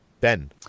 Ben